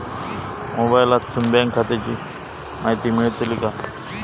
मोबाईलातसून बँक खात्याची माहिती मेळतली काय?